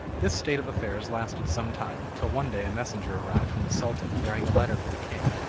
this state of affairs lasted some time, till one day a messenger arrived from the sultan bearing a letter for the king,